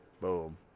Boom